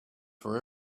for